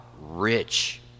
rich